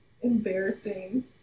embarrassing